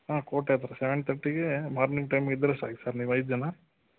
ಹಾಂ ಕೋಟೆ ಹತ್ತಿರ ಸೆವೆನ್ ಥರ್ಟಿಗೆ ಮಾರ್ನಿಂಗ್ ಟೈಮ್ಗಿದ್ದರೆ ಸಾಕು ಸರ್ ನೀವೈದು ಜನ